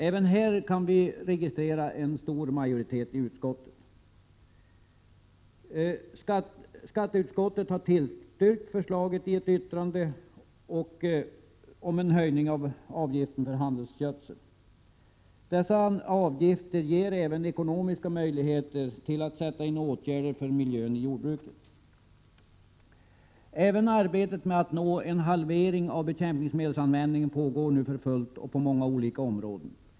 Även här kan vi registrera en stor majoritet i utskottet. Dessutom har skatteutskottet i ett yttrande tillstyrkt förslaget om en höjning av avgiften för handelsgödsel. Dessa avgifter ger även ekonomiska möjligheter när det gäller att sätta in åtgärder för miljön i jordbruket. Även arbetet med att nå målet om en halvering av bekämpningsmedelsanvändningen pågår nu för fullt och på många olika områden.